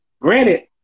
granted